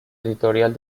editorial